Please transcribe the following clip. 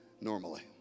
normally